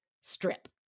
strip